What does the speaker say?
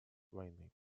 войны